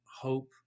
hope